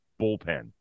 bullpen